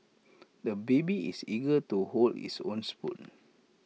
the baby is eager to hold his own spoon